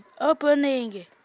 opening